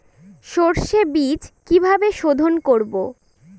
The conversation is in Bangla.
সর্ষে বিজ কিভাবে সোধোন করব?